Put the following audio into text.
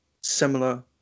similar